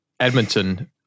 Edmonton